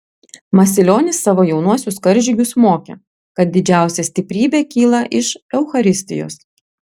masilionis savo jaunuosius karžygius mokė kad didžiausia stiprybė kyla iš eucharistijos